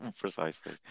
Precisely